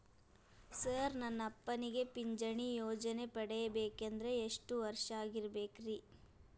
Sir ನನ್ನ ಅಪ್ಪನಿಗೆ ಪಿಂಚಿಣಿ ಯೋಜನೆ ಪಡೆಯಬೇಕಂದ್ರೆ ಎಷ್ಟು ವರ್ಷಾಗಿರಬೇಕ್ರಿ?